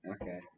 Okay